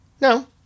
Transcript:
No